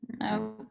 No